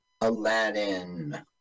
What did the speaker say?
Aladdin